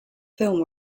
film